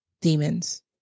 demons